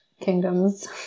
kingdoms